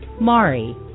Mari